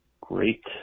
great